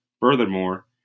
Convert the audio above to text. Furthermore